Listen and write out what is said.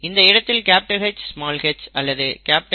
இந்த இடத்தில் Hh அல்லது HH